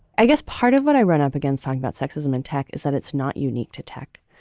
i guess part of what i run up against talking about sexism in tech is that it's not unique to tech,